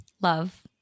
Love